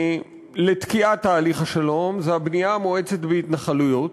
לתקיעת תהליך השלום זה הבנייה המואצת בהתנחלויות,